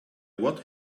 what